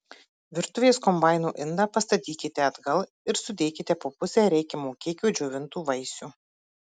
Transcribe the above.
virtuvės kombaino indą pastatykite atgal ir sudėkite po pusę reikiamo kiekio džiovintų vaisių